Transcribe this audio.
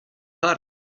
karet